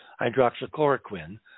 hydroxychloroquine